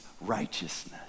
righteousness